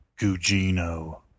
Gugino